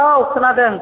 औ खोनादों